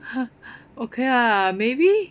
okay lah maybe